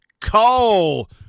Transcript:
Cole